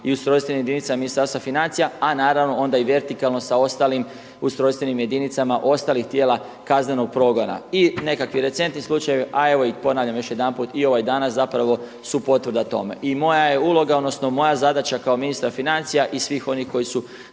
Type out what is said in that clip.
i ustrojstvenim jedinicama Ministarstva financija, a naravno onda i vertikalno sa ostalim ustrojstvenim jedinicama ostalih tijela kaznenog progona. I nekakvi recentni slučajevi, a evo i ponavljam još jedanput i ovaj danas su potvrda tome. I moja je uloga odnosno moja zadaća kao ministra financija i svih onih koji su